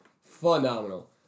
Phenomenal